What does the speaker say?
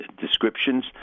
descriptions